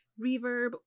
reverb